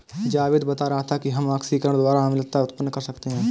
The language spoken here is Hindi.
जावेद बता रहा था कि हम ऑक्सीकरण द्वारा अम्लता उत्पन्न कर सकते हैं